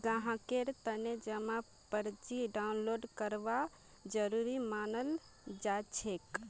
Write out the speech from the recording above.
ग्राहकेर तने जमा पर्ची डाउनलोड करवा जरूरी मनाल जाछेक